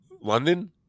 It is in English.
London